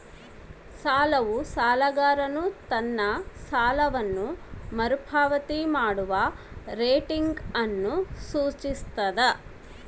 ಸಾಲವು ಸಾಲಗಾರನು ತನ್ನ ಸಾಲವನ್ನು ಮರುಪಾವತಿ ಮಾಡುವ ರೇಟಿಂಗ್ ಅನ್ನು ಸೂಚಿಸ್ತದ